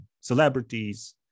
celebrities